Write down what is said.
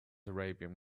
arabian